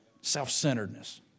self-centeredness